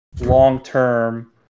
long-term